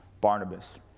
Barnabas